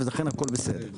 לכן הכול בסדר.